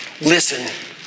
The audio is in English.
listen